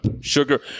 sugar